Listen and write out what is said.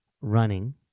running